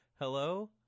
hello